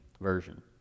Version